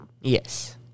Yes